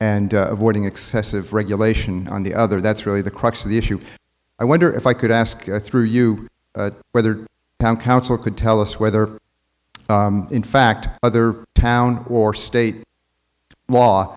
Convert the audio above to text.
and avoiding excessive regulation on the other that's really the crux of the issue i wonder if i could ask through you whether counsel could tell us whether in fact other town or state law